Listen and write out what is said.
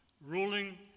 ruling